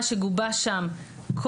מה שגובש שם,